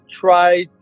try